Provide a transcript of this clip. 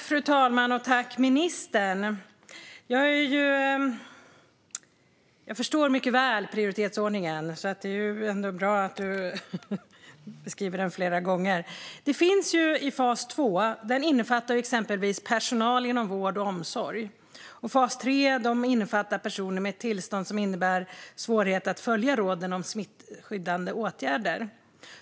Fru talman! Jag förstår mycket väl prioritetsordningen, men det är ändå bra att Lena Hallengren beskriver den flera gånger. Fas 2 innefattar exempelvis personal inom vård och omsorg. Fas 3 innefattar personer med tillstånd som innebär svårigheter att följa råden om smittskyddande åtgärder.